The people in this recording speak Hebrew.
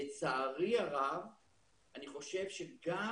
לצערי הרב, אני חושב שגם